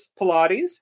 Pilates